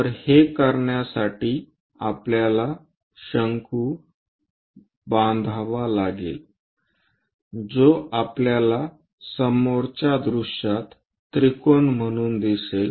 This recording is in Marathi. तर हे करण्यासाठी आपल्याला शंकू बांधावा लागेल जो आपल्याला समोरच्या दृश्यात त्रिकोण म्हणून दिसेल